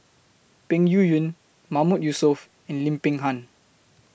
Peng Yuyun Mahmood Yusof Lim Peng Han